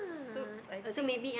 so I think